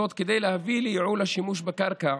זאת, כדי להביא לייעול השימוש בקרקע